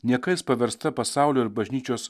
niekais paversta pasaulio ir bažnyčios